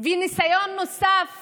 וניסיון נוסף